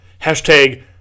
Hashtag